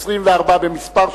24 במספר,